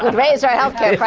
raise our health care